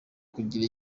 kugira